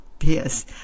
Yes